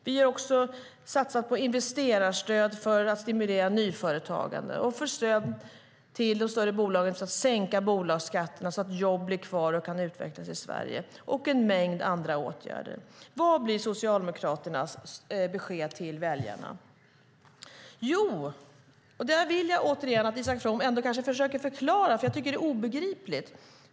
Vi har också satsat på investerarstöd för att stimulera nyföretagande, på stöd till de större bolagen genom att sänka bolagsskatterna så att jobb blir kvar och kan utvecklas i Sverige och på en mängd andra åtgärder. Vad blir Socialdemokraternas besked till väljarna? Jag vill att Isak From försöker förklara detta, för jag tycker att det är obegripligt.